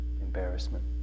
embarrassment